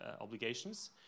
obligations